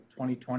2020